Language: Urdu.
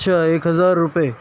اچھا ایک ہزار روپیے